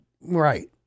Right